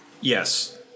Yes